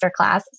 masterclass